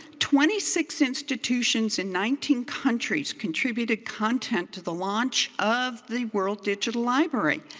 twenty six institutions in nineteen countries contributed content to the launch of the world digital library.